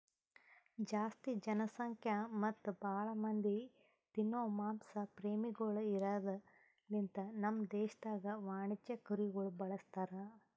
ಜಾಸ್ತಿ ಜನಸಂಖ್ಯಾ ಮತ್ತ್ ಭಾಳ ಮಂದಿ ತಿನೋ ಮಾಂಸ ಪ್ರೇಮಿಗೊಳ್ ಇರದ್ ಲಿಂತ ನಮ್ ದೇಶದಾಗ್ ವಾಣಿಜ್ಯ ಕುರಿಗೊಳ್ ಬಳಸ್ತಾರ್